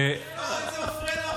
לפחות הוא עבר.